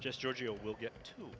just giorgio we'll get to